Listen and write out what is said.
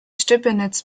stepenitz